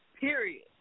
Period